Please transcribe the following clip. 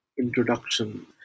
introduction